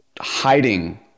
hiding